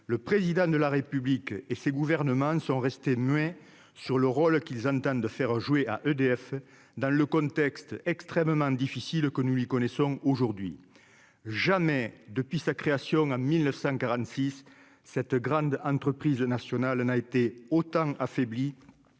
le président de la République et ces gouvernements sont restés muets sur le rôle qu'ils entendent faire jouer à EDF, dans le contexte extrêmement que nous lui connaissons aujourd'hui, jamais depuis sa création en 1946 cette grande entreprise nationale n'a été autant affaibli